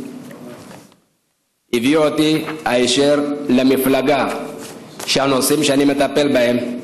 הביאו אותי היישר למפלגה שהנושאים שאני מטפל בהם,